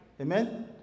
Amen